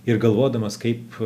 ir galvodamas kaip